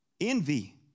envy